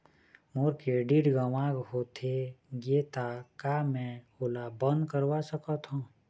मोर credit गंवा होथे गे ता का मैं ओला बंद करवा सकथों?